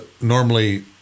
normally